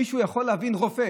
מישהו יכול להבין שרופא